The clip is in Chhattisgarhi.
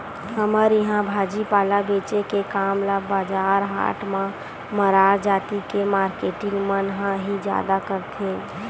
हमर इहाँ भाजी पाला बेंचे के काम ल बजार हाट म मरार जाति के मारकेटिंग मन ह ही जादा करथे